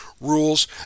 rules